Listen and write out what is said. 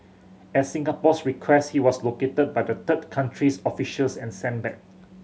at Singapore's request he was located by the third country's officials and sent back